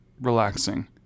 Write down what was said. relaxing